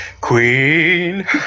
queen